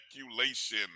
speculation